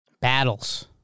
Battles